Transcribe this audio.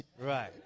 Right